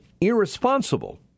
irresponsible